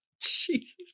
Jesus